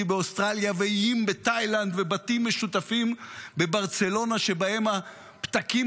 באוסטרליה ואיים בתאילנד ובתים משותפים בברצלונה שבהם הפתקים